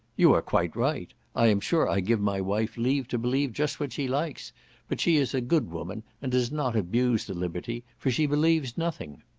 you are quite right. i am sure i give my wife leave to believe just what she likes but she is a good woman, and does not abuse the liberty for she believes nothing.